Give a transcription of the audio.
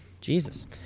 Jesus